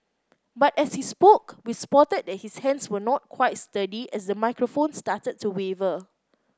but as he spoke we spotted that his hands were not quite sturdy as the microphone started to waver